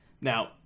Now